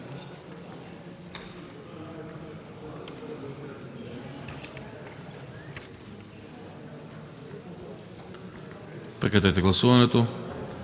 Прекратете гласуването.